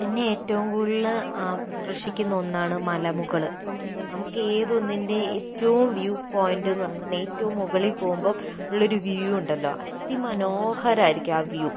എന്നെ ഏറ്റവും കൂടുതൽ ആകർഷിക്കുന്ന ഒന്നാണ് മലമുകൾ നമുക്ക് ഏതൊന്നിന്റെ ഏറ്റവും വ്യൂ പോയിന്റ് എന്നു പറഞ്ഞിട്ടുണ്ടെങ്കിൽ ഏറ്റവും മുകളിൽ പോവുമ്പം ഉള്ള ഒരു വ്യൂ ഉണ്ടല്ലോ അതിമനോഹരമായിരിക്കും ആ വ്യൂ